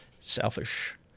selfish